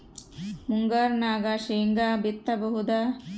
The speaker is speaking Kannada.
ಮುಂಗಾರಿನಾಗ ಶೇಂಗಾ ಬಿತ್ತಬಹುದಾ?